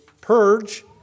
purge